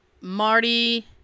Marty